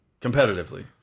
Competitively